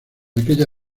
aquella